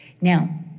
Now